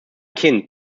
kind